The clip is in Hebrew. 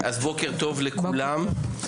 בוקר טוב לכולם,